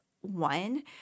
one